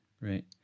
Right